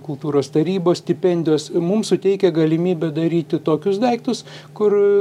kultūros tarybos stipendijos mum suteikia galimybę daryti tokius daiktus kur